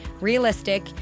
realistic